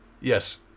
Yes